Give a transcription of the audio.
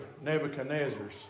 Nebuchadnezzar's